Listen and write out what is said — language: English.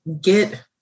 get